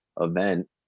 event